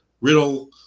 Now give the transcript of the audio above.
Riddle